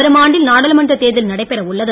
வரும் ஆண்டில் நாடாளுமன்ற தேர்தல் நடைபெற உள்ளது